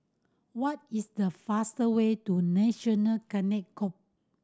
what is the fastest way to National Cadet Corp